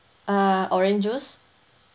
uh orange juice